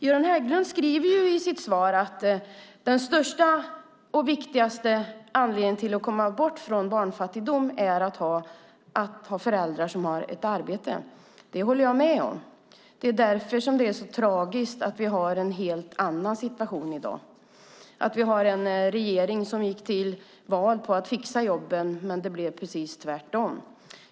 Göran Hägglund skriver i sitt svar att den största och viktigaste förutsättningen för att komma bort från barnfattigdom är att ha föräldrar som har ett arbete. Det håller jag med om. Det är därför som det är så tragiskt att vi har en helt annan situation i dag, att vi har en regering som gick till val på att fixa jobben, men det blev precis tvärtom.